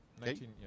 19